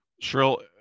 Shrill